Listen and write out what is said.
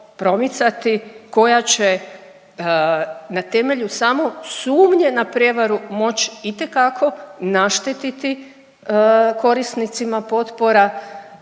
koja će na temelju samo sumnje na prijevaru moći itekako naštetiti korisnicima potpora.